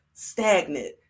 stagnant